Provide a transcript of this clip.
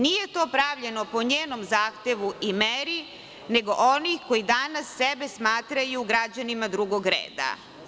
Nije to pravljeno po njenom zahtevu i meri, nego onih koji danas sebe smatraju građanima drugog reda.